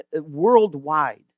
worldwide